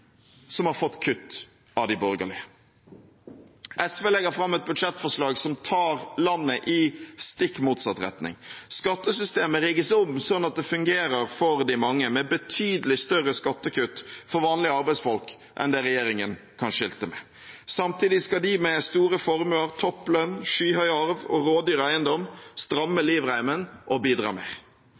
som har fått kutt av de borgerlige. SV legger fram et budsjettforslag som tar landet i stikk motsatt retning. Skattesystemet rigges om sånn at det fungerer for de mange – med betydelig større skattekutt for vanlige arbeidsfolk enn det regjeringen kan skilte med. Samtidig skal de med store formuer, topp lønn, skyhøy arv og rådyr eiendom stramme livreimen og bidra mer.